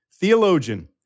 theologian